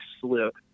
slip